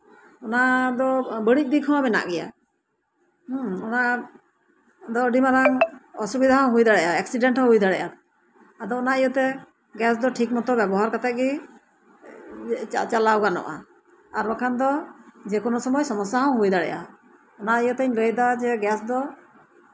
ᱚᱱᱟ ᱫᱚ ᱵᱟᱹᱲᱡ ᱫᱤᱠ ᱦᱚᱸ ᱢᱮᱱᱟᱜ ᱜᱮᱭᱟ ᱚᱱᱟ ᱫᱚ ᱟᱹᱰᱤ ᱢᱟᱨᱟᱝ ᱚᱥᱩᱵᱤᱫᱷᱟ ᱦᱚᱸ ᱦᱩᱭ ᱫᱟᱲᱮᱭᱟᱜᱼᱟ ᱮᱠᱥᱤᱰᱮᱱᱴ ᱦᱚᱸ ᱦᱩᱭ ᱫᱟᱲᱮᱭᱟᱜᱼᱟ ᱟᱫᱚ ᱚᱱᱟ ᱤᱭᱟᱹᱛᱮ ᱜᱮᱥ ᱫᱚ ᱴᱷᱤᱠ ᱢᱚᱛᱚ ᱵᱮᱵᱚᱦᱟᱨ ᱠᱟᱛᱮᱜ ᱜᱮ ᱪᱟᱞᱟᱣ ᱜᱟᱱᱚᱜᱼᱟ ᱟᱨ ᱵᱟᱠᱷᱟᱱ ᱫᱚ ᱠᱳᱱᱳ ᱥᱚᱢᱚᱭ ᱥᱚᱢᱚᱥᱥᱟ ᱦᱚᱸ ᱦᱩᱭ ᱫᱟᱲᱮᱭᱟᱜᱼᱟ ᱚᱱᱟ ᱤᱭᱟᱹᱛᱮ ᱞᱟᱹᱭ ᱫᱟᱹᱧ